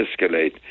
escalate